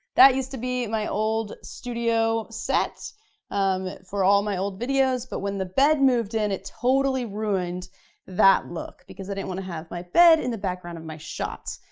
that used to be my old studio set for all my old videos but when the bed moved in it totally ruined that look because i didn't want to have my bed in the background of my shot.